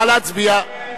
נא להצביע.